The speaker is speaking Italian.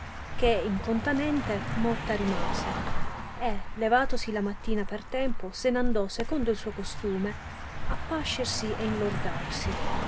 che incontanente morta rimase e levatosi la mattina per tempo se n andò secondo il suo costume a pascersi e inlordarsi